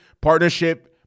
partnership